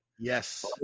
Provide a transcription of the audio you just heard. Yes